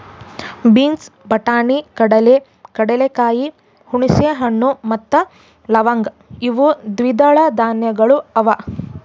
beans, ಬಟಾಣಿ, ಕಡಲೆ, ಕಡಲೆಕಾಯಿ, ಹುಣಸೆ ಹಣ್ಣು ಮತ್ತ ಲವಂಗ್ ಇವು ದ್ವಿದಳ ಧಾನ್ಯಗಳು ಅವಾ